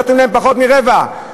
פחות מרבע.